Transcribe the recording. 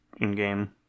in-game